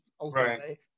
ultimately